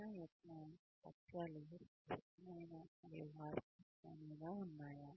శిక్షణ యొక్క లక్ష్యాలు స్పష్టమైన మరియు వాస్తవికమైనవిగా ఉన్నాయా